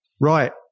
Right